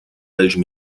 welche